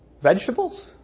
Vegetables